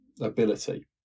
ability